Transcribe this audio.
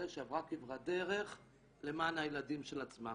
שעברה כברת דרך למען הילדים של עצמה.